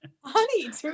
Honey